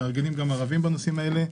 הן מארגנות גם ערבים בנושאים הללו.